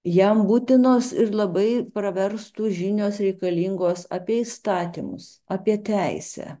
jam būtinos ir labai praverstų žinios reikalingos apie įstatymus apie teisę